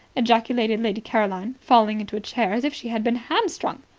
ejaculated lady caroline, falling into a chair as if she had been hamstrung.